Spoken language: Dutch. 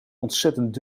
ontzettend